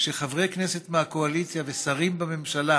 שחברי כנסת מהקואליציה ושרים בממשלה